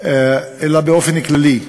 אלא באופן כללי.